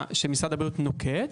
שמשרד הבריאות נוקט.